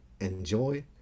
enjoy